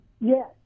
Yes